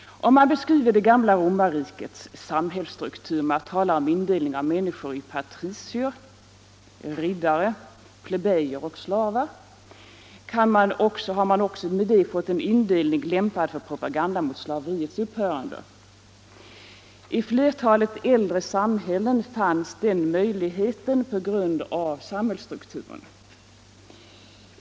Om man beskriver det gamla romarrikets samhällsstruktur med att tala om indelning av människor i patricier, ryttare, plebejer och slavar får man därmed också en indelning lämpad för propaganda mot slaveriets upphörande. I flertalet äldre samhällen fanns denna möjlighet på grund av samhällsstrukturen.